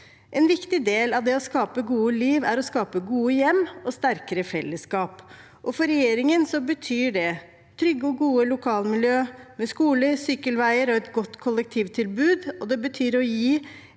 En viktig del av det å skape et godt liv er å skape gode hjem og sterkere fellesskap, og for regjeringen betyr det trygge og gode lokalmiljø med skoler, sykkelveier og et godt kollektivtilbud. Det betyr også